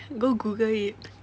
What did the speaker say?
go google it